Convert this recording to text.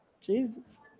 Jesus